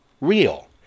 real